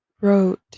wrote